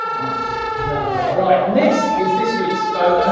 ah so lovely, right this is this week's photo.